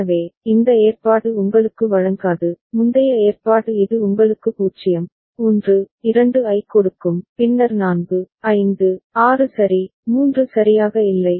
எனவே இந்த ஏற்பாடு உங்களுக்கு வழங்காது முந்தைய ஏற்பாடு இது உங்களுக்கு 0 1 2 ஐக் கொடுக்கும் பின்னர் 4 5 6 சரி 3 சரியாக இல்லை